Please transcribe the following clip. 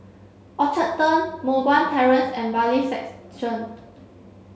Orchard Turn Moh Guan Terrace and Bailiffs' Section